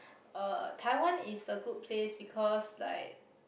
uh Taiwan is a good place because like